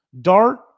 Dart